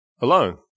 Alone